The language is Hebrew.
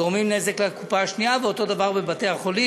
גורמים נזק לקופה אחרת, ואותו דבר בבתי-החולים.